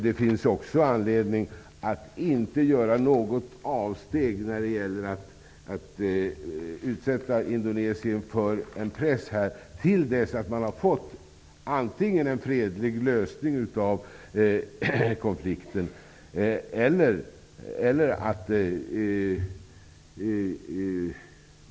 Det finns också anledning att inte göra något avsteg när det gäller att utsätta Indonesien för press fram till dess att det har blivit en fredlig lösning av konflikten.